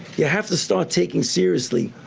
you have to start taking seriously.